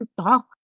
talk